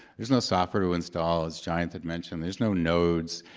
there's no software to install, as jayanth had mentioned. there's no nodes.